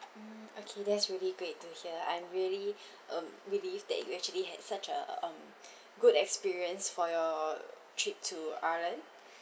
mm okay that's really great to hear I'm really um relief that you actually had such a um good experience for your trip to ireland